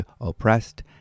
oppressed